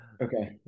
Okay